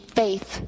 faith